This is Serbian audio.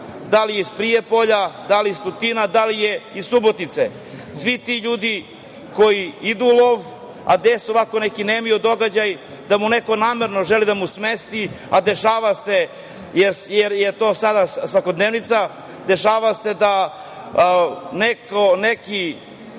da li je iz Prijepolja, da li iz Tutina, da li je iz Subotice. Svi ti ljudi koji idu u lov, a desi ovako neki nemili događaj da mu neko namerno želi da mu smesti, a dešava se, jer je to sada svakodnevnica. Dešava se da neki